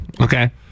Okay